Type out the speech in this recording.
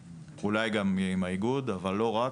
אולי גם מהאיגוד, אבל לא רק.